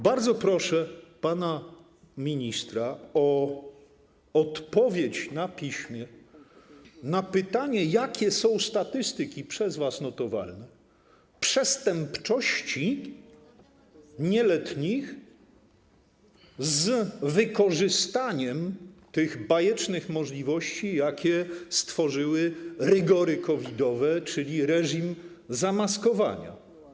Bardzo proszę pana ministra o odpowiedź na piśmie na pytanie, jakie są notowane przez was statystyki przestępczości nieletnich z wykorzystaniem tych bajecznych możliwości, jakie stworzyły rygory COVID-owe, czyli reżim zamaskowania.